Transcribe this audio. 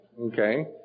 okay